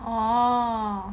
oh